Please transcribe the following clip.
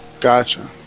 Gotcha